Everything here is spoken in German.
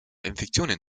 infektionen